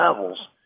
levels